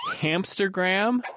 Hamstergram